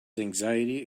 anxiety